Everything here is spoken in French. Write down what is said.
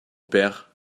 père